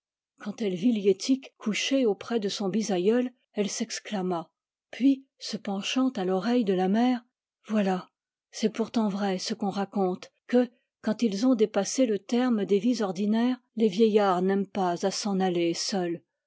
quand elle vit liettik couchée auprès de son bisaïeul elle s'exclama puis se penchant à l'oreille de la mère voilà c'est pourtant vrai ce qu'on raconte que quand ils ont dépassé le terme des vies ordinaires les vieillards n'aiment pas à s'en aller seuls